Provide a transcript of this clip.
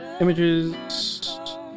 Images